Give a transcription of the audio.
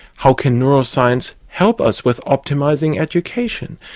how can neuroscience help us with optimising education?